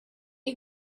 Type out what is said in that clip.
you